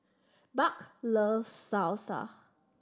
Buck loves Salsa